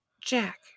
Jack